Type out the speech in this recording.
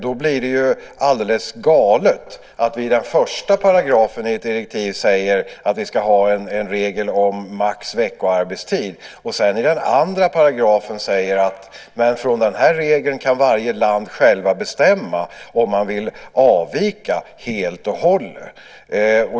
Då blir det ju alldeles galet att vi i den första paragrafen i direktivet säger att vi ska ha en regel om maximal veckoarbetstid och sedan i den andra paragrafen säger att från den regeln kan man i varje land själv bestämma om man vill avvika helt och hållet.